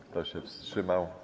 Kto się wstrzymał?